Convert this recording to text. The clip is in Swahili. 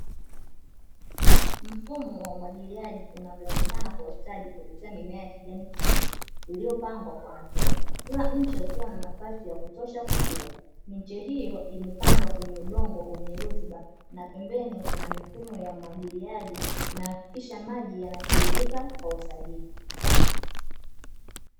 Mfumo wa umwagiliaji unavyoonekana kwa ustadi kupitia mimea ya kijani kibichi iliyopangwa kwa hatua, kila mche ukiwa na nafasi ya kutosha kukua. Miche hiyo imepandwa kwenye udongo wenye rutuba, na pembeni kuna mifumo ya umwagiliaji inayohakikisha maji yanatiririka kwa usahihi.